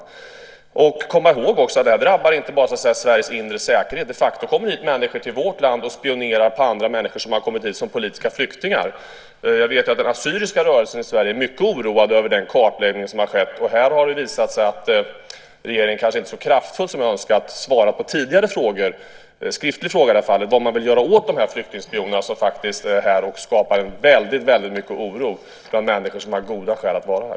Man ska också komma ihåg att det här inte bara drabbar Sveriges inre säkerhet. De facto kommer det människor hit till vårt land och spionerar på andra människor som har kommit hit som politiska flyktingar. Jag vet att den assyriska rörelsen i Sverige är mycket oroad över den kartläggning som har skett. Här har det visat sig att regeringen inte så kraftfullt som jag önskat har svarat på tidigare frågor, i det här fallet en skriftlig fråga, om vad man vill göra åt de flyktingspioner som är här och skapar väldigt mycket oro bland människor som har goda skäl att vara här.